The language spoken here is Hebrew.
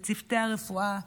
בצוותי הרפואה,